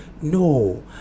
no